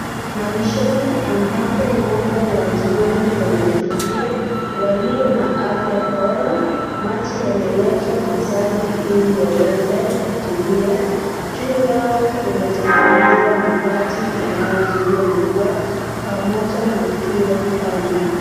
Malishoni ambapo ngombe wazuri wametulia walio na afya bora, maji yamewekwa masafi ili waweze kutumia, juu yao kimetengenezewa mabati yanayozuia mvua pamoja na jua Kali.